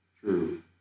True